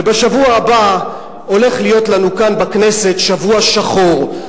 ובשבוע הבא הולך להיות לנו כאן בכנסת שבוע שחור.